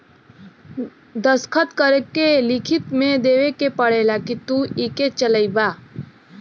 दस्खत करके लिखित मे देवे के पड़ेला कि तू इके चलइबा